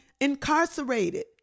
incarcerated